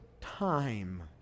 time